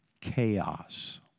chaos